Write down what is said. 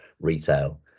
retail